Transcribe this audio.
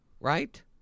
right